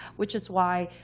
which is why,